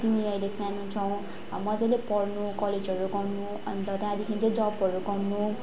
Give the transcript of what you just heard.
तिमी अहिले सानो छौ मज्जाले पढ्नु कलेजहरू गर्नु अन्त त्यहाँदेखि चाहिँ जबहरू गर्नु